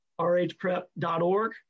rhprep.org